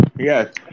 Yes